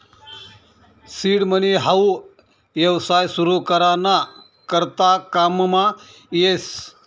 seed money हाऊ येवसाय सुरु करा ना करता काममा येस